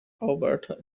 alberta